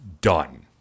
done